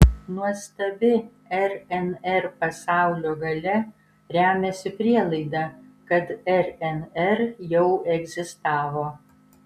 nuostabi rnr pasaulio galia remiasi prielaida kad rnr jau egzistavo